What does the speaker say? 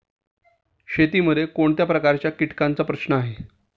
शेतीमध्ये कोणत्या प्रकारच्या कीटकांचा प्रश्न आहे?